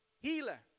healer